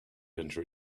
enter